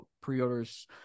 pre-orders